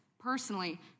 personally